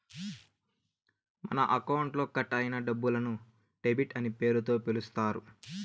మన అకౌంట్లో కట్ అయిన డబ్బులను డెబిట్ అనే పేరుతో పిలుత్తారు